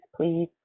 please